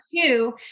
two